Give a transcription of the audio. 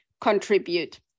contribute